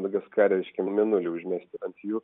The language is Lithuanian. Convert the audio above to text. madagaskare reiškia mėnulį užmesti ant jų